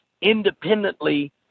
independently